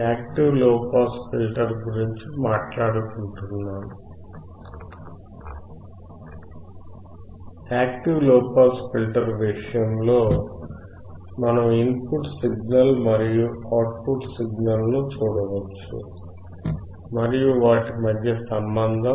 active low pass filter విషయంలో మనము input signal మరియు అవుట్ పుట్ సిగ్నల్ చూడవచ్చు మరియు వాటి మధ్య సంబంధం